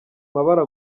mabara